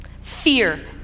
Fear